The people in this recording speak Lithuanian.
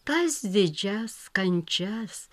tas didžias kančias